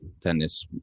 tennis